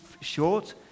short